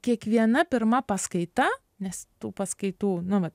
kiekviena pirma paskaita nes tų paskaitų nu va